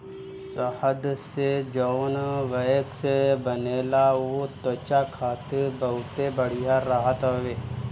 शहद से जवन वैक्स बनेला उ त्वचा खातिर बहुते बढ़िया रहत हवे